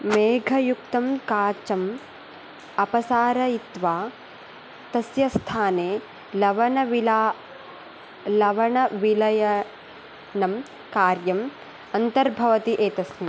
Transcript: मेघयुक्तं काचम् अपसारयित्वा तस्य स्थाने लवणविला लवणविलयनं कार्यम् अन्तर्भवति एतस्मिन्